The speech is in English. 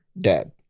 dead